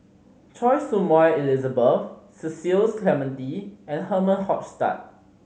Choy Su Moi Elizabeth Cecil Clementi and Herman Hochstadt